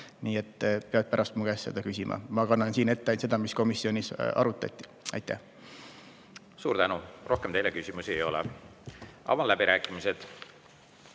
Nii et pead pärast mu käest seda küsima. Ma kannan siin ette ainult seda, mida komisjonis arutati. Suur tänu! Rohkem teile küsimusi ei ole. Avan läbirääkimised.